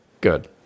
Good